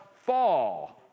fall